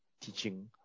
teaching